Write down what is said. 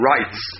Rights